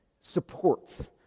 supports